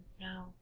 No